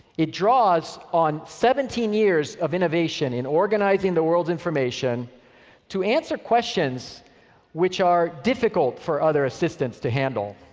it draws on seventeen years of innovation in organizing the world's information to answer questions which are difficult for other assistants to handle.